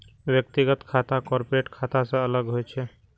व्यक्तिगत खाता कॉरपोरेट खाता सं अलग होइ छै